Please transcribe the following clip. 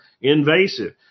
invasive